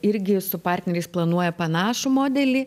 irgi su partneriais planuoja panašų modelį